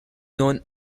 known